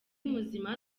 muzima